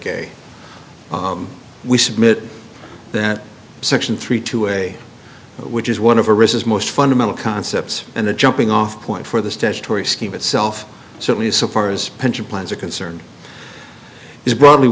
n we submit that section three to a which is one of a risk is most fundamental concepts and the jumping off point for the statutory scheme itself certainly so far as pension plans are concerned is broadly